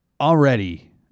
already